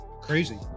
crazy